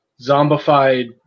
zombified